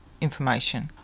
information